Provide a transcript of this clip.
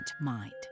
mind